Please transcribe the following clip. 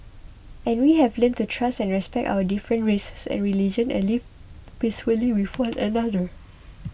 and we have learnt to trust and respect our different races and religions and live peace really full another